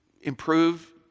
improve